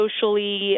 socially